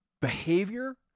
behavior